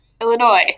illinois